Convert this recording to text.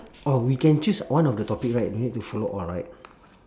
orh we can choose one of the topic right don't need to follow all right